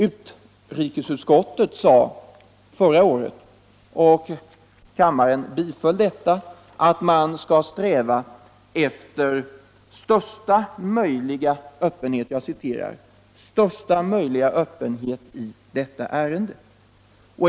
Utrikesutskottet anförde förra året, och kammaren biföll detta, att man skall sträva efter ”största möjliga öppenhet i detta ärende”.